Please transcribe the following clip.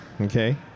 okay